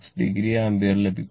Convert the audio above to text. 6o ampere ലഭിക്കും